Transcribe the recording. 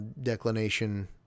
declination